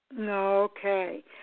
Okay